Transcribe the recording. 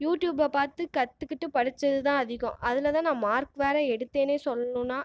யூட்டியூப்பை பார்த்து கத்துக்கிட்டு படிச்சது தான் அதிகம் அதில் தான் நான் மார்க் வேற எடுத்தேனே சொல்லணும்னா